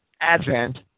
Advent